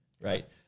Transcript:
Right